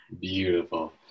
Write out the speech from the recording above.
Beautiful